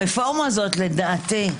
הרפורמה הזו לדעתי,